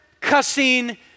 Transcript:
cussing